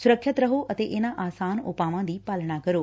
ਸੁਰੱਖਿਅਤ ਰਹੋ ਅਤੇ ਇਨੂਾ ਆਸਾਨ ੳਪਾਵਾਂ ਦੀ ਪਾਲਣਾ ਕਰੋ